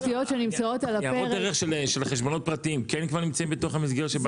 ניירות ערך של חשבונות פרטיים כן נמצאים במסגרת?